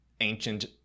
ancient